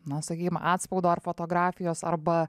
na sakykim atspaudo ar fotografijos arba